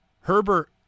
Herbert